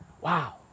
Wow